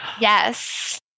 Yes